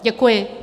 Děkuji.